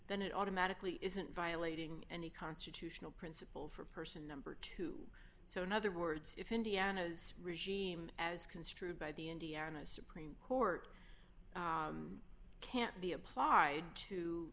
then it automatically isn't violating any constitutional principle for person number two so in other words if indiana's regime as construed by the indiana supreme court can't be applied to